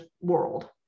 world